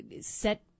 set